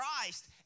Christ